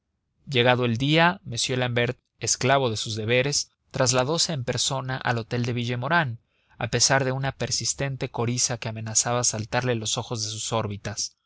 llegado el día m l'ambert esclavo de sus deberes trasladose en persona al hotel de villemaurin a pesar de una persistente coriza que amenazaba saltarle los ojos de sus órbitas